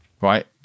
right